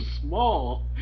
small